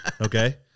Okay